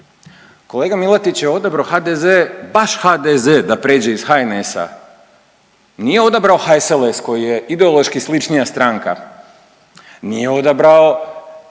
Kolega Milatić je odabrao HDZ, baš HDZ da prijeđe iz HNS-a. Nije odabrao HSLS koji je ideološki sličnija stranka, nije odabrao